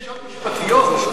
למה אתה מדבר אתי בנושא משפטי?